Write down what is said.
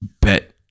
bet